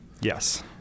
Yes